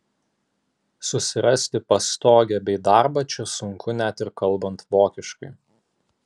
susirasti pastogę bei darbą čia sunku net ir kalbant vokiškai